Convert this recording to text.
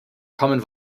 common